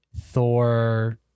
Thor